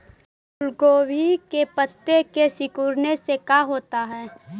फूल गोभी के पत्ते के सिकुड़ने से का होता है?